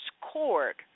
Court